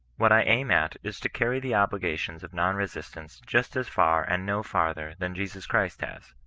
what i aim at is to carry the obligations of non-resistance just as far and no farther than jesus christ has.